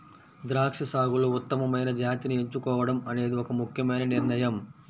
ద్రాక్ష సాగులో ఉత్తమమైన జాతిని ఎంచుకోవడం అనేది ఒక ముఖ్యమైన నిర్ణయం